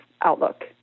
Outlook